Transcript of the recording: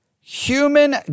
Human